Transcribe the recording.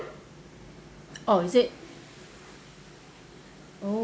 oh is it oh